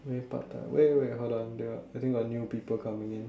maybe part time wait wait hold on I think got new people coming in